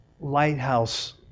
lighthouse